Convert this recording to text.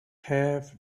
have